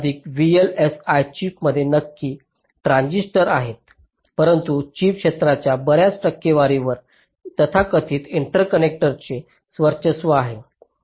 म्हणूनच आधुनिक VLSI चिपमध्ये नक्कीच ट्रान्झिस्टर आहेत परंतु चिप क्षेत्राच्या बर्याच टक्केवारीवर तथाकथित इंटरकनेक्ट्सचे वर्चस्व आहे